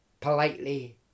politely